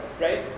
right